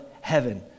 heaven